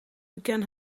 began